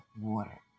water